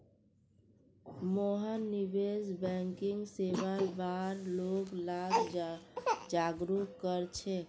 मोहन निवेश बैंकिंग सेवार बार लोग लाक जागरूक कर छेक